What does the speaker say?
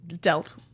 dealt